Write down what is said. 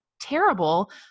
terrible